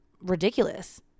ridiculous